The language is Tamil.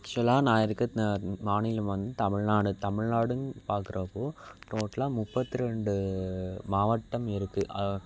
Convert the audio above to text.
ஆக்சுவலாக நான் இருக்கிறது மாநிலம் வந்து தமிழ்நாடு தமிழ்நாடுன்னு பார்க்குறப்போ டோட்டலா முப்பத்திரெண்டு மாவட்டம் இருக்குது